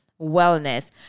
wellness